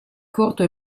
corto